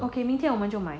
okay 明天我们就买